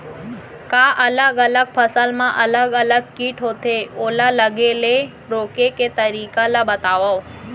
का अलग अलग फसल मा अलग अलग किट होथे, ओला लगे ले रोके के तरीका ला बतावव?